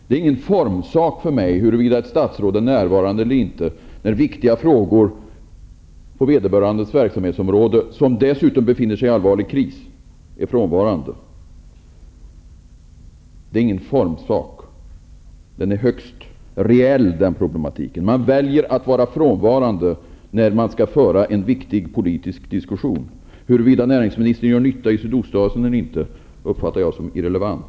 Det är ingen formsak för mig huruvida ett statsråd är närvarande eller inte när viktiga frågor på vederbörandes verksamhetsområde, som dessutom befinner sig i allvarlig kris, skall diskuteras. Den problematiken är högst reell. Man väljer att vara frånvarande när det skall föras en viktig politisk diskussion. Huruvida näringsministern gör nytta i Sydostasien eller inte uppfattar jag som irrelevant.